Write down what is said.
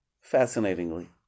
Fascinatingly